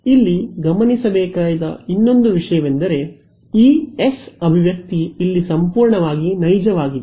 ಇಲ್ಲಿ ಗಮನಿಸಬೇಕಾದ ಇನ್ನೊಂದು ವಿಷಯವೆಂದರೆ ಈ ಎಸ್ ಅಭಿವ್ಯಕ್ತಿ ಇಲ್ಲಿ ಸಂಪೂರ್ಣವಾಗಿ ನೈಜವಾಗಿದೆ